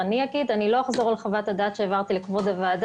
אני לא אחזור על חוות הדעת שהעברתי לוועדה,